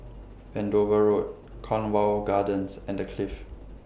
Andover Road Cornwall Gardens and The Clift